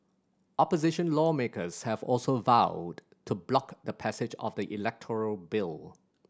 opposition lawmakers have also vowed to block the passage of the electoral bill